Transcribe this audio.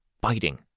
biting